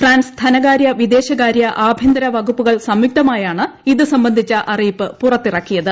France ധനകാര്യ വിദേശകാര്യ ആഭ്യന്തര വകുപ്പുകൾ സംയുക്തമായാണ് ഇത് സംബന്ധിച്ച അറിയിപ്പ് പുറത്തിറക്കിയത്